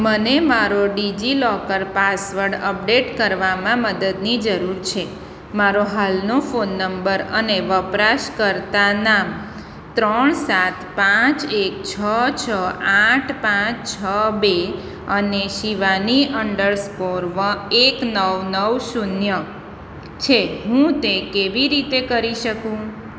મને મારો DigiLocker password update કરવામાં મદદની જરૂર છે મારો હાલનો ફોન નંબર અને વપરાશકર્તા નામ ત્રણ સાત પાંચ એક છ છ આઠ પાંચ છ બે અને શિવાની અંડરસ્કોર વન એક નવ નવ શૂન્ય છે હું તે કેવી રીતે કરી શકું